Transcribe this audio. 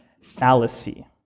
fallacy